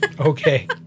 Okay